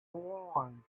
warm